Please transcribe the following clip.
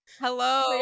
hello